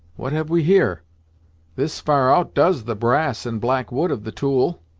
what have we here this far out does the brass and black wood of the tool!